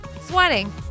sweating